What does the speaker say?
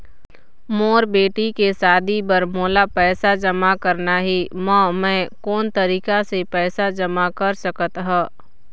मोर बेटी के शादी बर मोला पैसा जमा करना हे, म मैं कोन तरीका से पैसा जमा कर सकत ह?